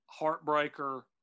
Heartbreaker